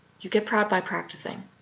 you get proud by practicing.